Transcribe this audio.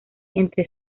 entre